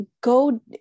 go